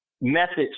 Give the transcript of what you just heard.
methods